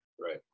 Right